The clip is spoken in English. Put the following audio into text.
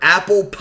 Apple